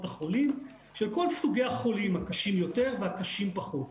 החולים של כל סוגי החולים - הקשים יותר והקשים פחות.